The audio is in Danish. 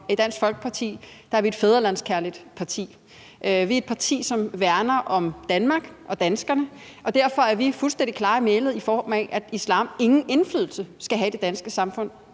at Dansk Folkeparti er et fædrelandskærligt parti. Vi er et parti, som værner om Danmark og danskerne, og derfor er vi fuldstændig klare i mælet om, at islam ingen indflydelse skal have i det danske samfund,